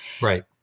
Right